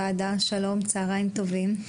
משרד החינוך, שלום וצוהריים טובים.